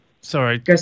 Sorry